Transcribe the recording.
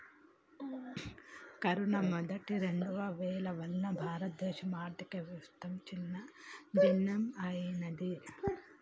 corona మొదటి, రెండవ వేవ్ల వల్ల భారతదేశ ఆర్ధికవ్యవస్థ చిన్నాభిన్నమయ్యినాది